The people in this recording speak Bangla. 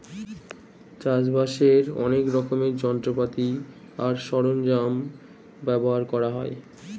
চাষবাসের অনেক রকমের যন্ত্রপাতি আর সরঞ্জাম ব্যবহার করা হয়